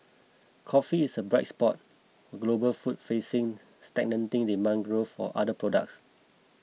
coffee is a bright spot for global food facing stagnating demand growth for other products